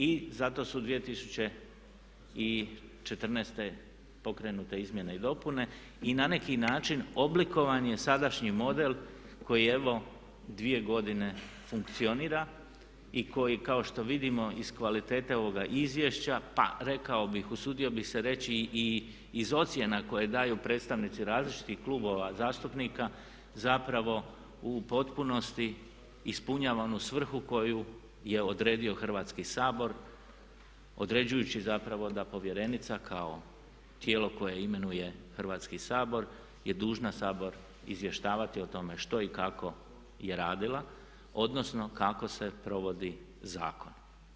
I zato su 2014. pokrenute izmjene i dopune i na neki način oblikovan je sadašnji model koji evo dvije godine funkcionira i koji kao što vidimo iz kvalitete ovoga izvješća pa rekao bih, usudio bih se reći i iz ocjena koje daju predstavnici različitih klubova zastupnika zapravo u potpunosti ispunjava onu svrhu koju je odredio Hrvatski sabor određujući zapravo da povjerenica kao tijelo koje imenuje Hrvatski sabor je dužna Sabor izvještavati o tome što i kako je radila, odnosno kako se provodi zakon.